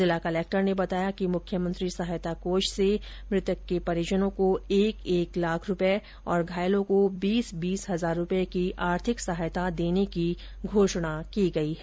जिला कलेक्टर ने बताया कि मुख्यमंत्री सहायता कोष से मृतक के परिजनों को एक एक लाख रूपये और घायलों को बीस बीस हजार की आर्थिक सहायता देने की घोषणा की गई है